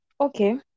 Okay